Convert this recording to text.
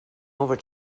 over